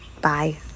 Bye